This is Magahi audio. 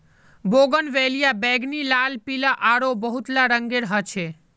बोगनवेलिया बैंगनी, लाल, पीला आरो बहुतला रंगेर ह छे